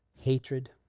hatred